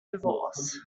divorce